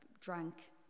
drank